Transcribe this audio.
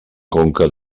conca